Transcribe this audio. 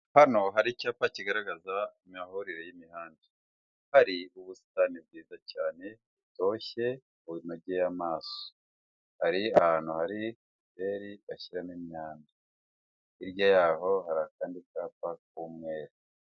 Hano hari icyapa kigaragaza imiyoborere y'imihanda. Hari ubusitani bwiza cyane butoshye, bunogeye amaso. Hari ahantu hari pubere bashyiramo imyanda. Hirya yaho hari akandi kapa k'umwera.